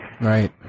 Right